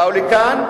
באו לכאן,